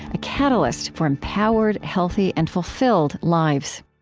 a catalyst for empowered, healthy, and fulfilled lives